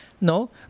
No